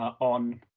on